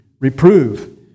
Reprove